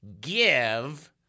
give